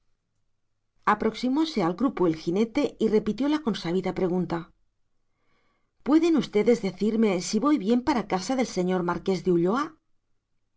aproximóse al grupo el jinete y repitió la consabida pregunta pueden ustedes decirme si voy bien para casa del señor marqués de ulloa